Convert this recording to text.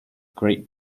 great